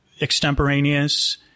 extemporaneous